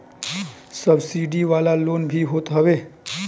subsidy वाला loan भी होत हवे